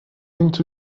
into